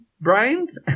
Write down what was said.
brains